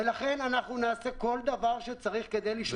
ולכן אנחנו נעשה כל דבר שצריך כדי לשמור.